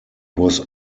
was